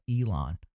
Elon